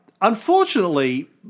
Unfortunately